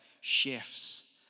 shifts